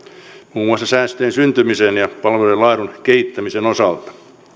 muun muassa säästöjen syntymisen ja palvelujen laadun kehittämisen osalta